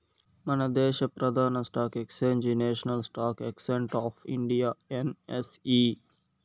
మనదేశ ప్రదాన stock exchange national stock exchange of India NSE